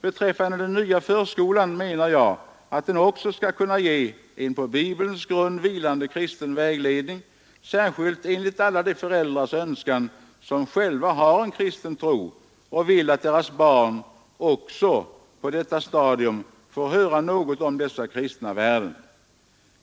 Jag menar att den nya förskolan också skall kunna ge en på Bibelns grund vilande kristen vägledning — särskilt enligt alla de föräldrars önskan som själva har en kristen tro och vill att deras barn också på detta stadium skall få höra något om dessa kristna värden.